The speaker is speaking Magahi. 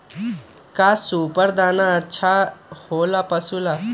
का सुपर दाना अच्छा हो ला पशु ला?